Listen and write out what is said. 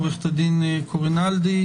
עוה"ד קורינדלי,